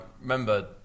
remember